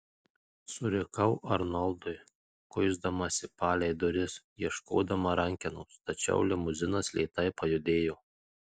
surikau arnoldui kuisdamasi palei duris ieškodama rankenos tačiau limuzinas lėtai pajudėjo